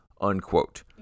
unquote